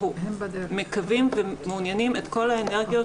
אנחנו מקווים ומעוניינים את כל האנרגיות